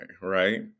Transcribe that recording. right